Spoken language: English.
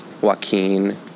Joaquin